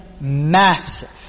massive